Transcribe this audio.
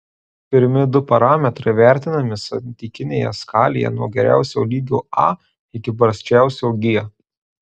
pirmi du parametrai vertinami santykinėje skalėje nuo geriausio lygio a iki prasčiausio g